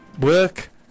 Work